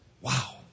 Wow